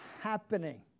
happening